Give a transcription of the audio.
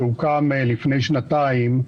שהוקם לפני שנתיים,